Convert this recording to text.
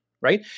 right